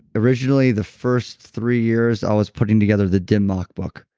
originally, the first three years i was putting together the dim mak book.